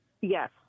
Yes